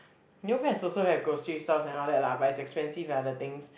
Neopets also have grocery stores and all that lah but it's expensive ah the things